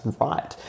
right